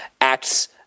acts